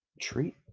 treat